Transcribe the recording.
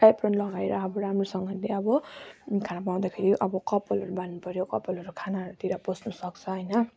Ephron लगाएर आब राम्रोसँगले अब खाना बनाउँदाखेरि अब कपालहरू बाँध्नु पर्यो कपालहरू खानाहरूतिर पस्न सक्छ होइन